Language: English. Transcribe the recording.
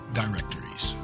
directories